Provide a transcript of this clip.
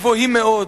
גבוהים מאוד.